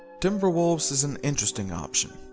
timberwolves is an interesting option.